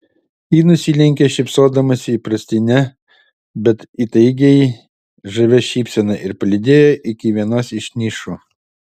ji nusilenkė šypsodamasi įprastine bet įtaigiai žavia šypsena ir palydėjo iki vienos iš nišų